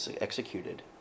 executed